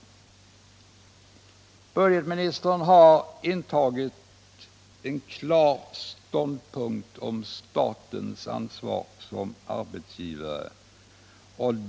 Budgetministern har här intagit en klar ståndpunkt i fråga om statens ansvar som arbetsgivare.